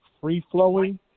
free-flowing